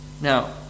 Now